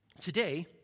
Today